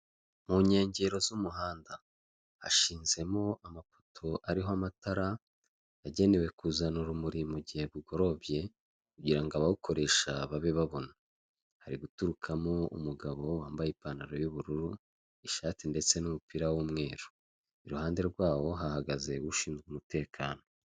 Mu nkengero z'umuhanda hashinzemo amapoto ariho amatara yagenewe kuzana urumuri mu gihe bugorobye, kugira ngo abawukoresha babe babona, hari guturukamo umugabo wambaye ipantaro y'ubururu, ishati ndetse n'umupira w'umweru iruhande rwawo hahagaze ushinzwe umutekano.